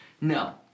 No